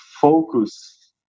focus